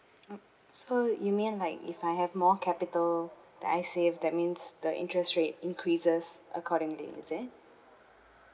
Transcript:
mm so you mean like if I have more capital that I save that means the interest rate increases accordingly is it